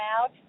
out